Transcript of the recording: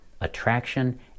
attraction